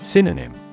Synonym